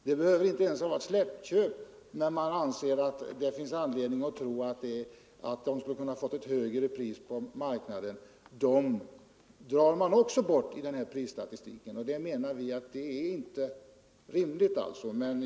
Det behöver inte ens vara fråga om släktköp utan det kan även gälla andra köp, där man har anledning att tro att ett högre pris skulle ha kunnat erhållas på marknaden. Vi menar att detta inte är rimligt.